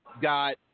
got